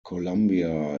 colombia